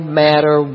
matter